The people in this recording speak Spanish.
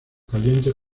calientes